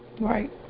Right